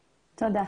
בבקשה.